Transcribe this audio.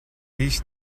ийш